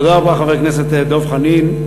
תודה רבה, חבר הכנסת דב חנין.